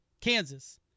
Kansas